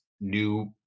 new